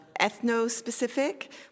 ethno-specific